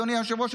אדוני היושב-ראש,